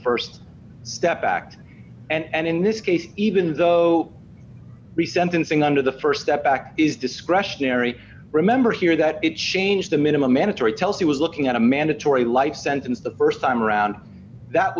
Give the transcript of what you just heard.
the st step act and in this case even though the sentencing under the st step back is discretionary remember here that it changed the minimum mandatory tell us he was looking at a mandatory life sentence the st time around that